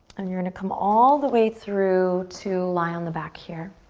and you're gonna come all the way through to lie on the back here.